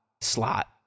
slot